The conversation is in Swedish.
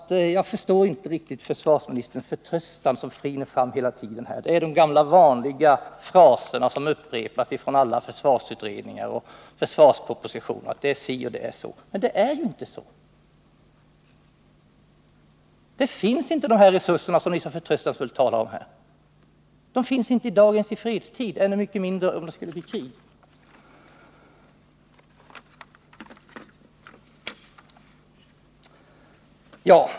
Därför förstår jag inte riktigt försvarsministerns förtröstan som skiner igenom hela tiden. Det är de gamla vanliga fraserna som upprepas i alla försvarsutredningar och försvarspropositioner. Det heter att det är så och så, men det stämmer inte. De resurser som vi så förtröstansfullt talar om finns inte. De finns inte i dag i fredstid och än mindre skulle de finnas i krig.